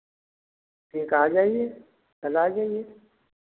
ठीक आ जाइए कल आ जाइए